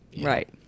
Right